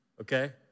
okay